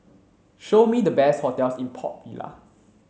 show me the best hotels in Port Vila